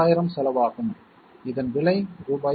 10000 செலவாகும் இதன் விலை ரூ